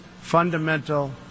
fundamental